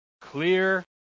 Clear